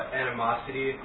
animosity